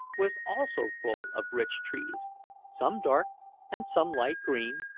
was also full of rich trees some dark and some light green,